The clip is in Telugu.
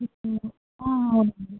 అవునండి